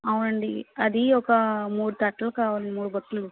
అవునండీ అదీ ఒక మూడు కట్టలు కావాలండీ మూడు బుట్టలు